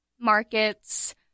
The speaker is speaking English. markets